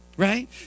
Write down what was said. right